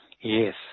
Yes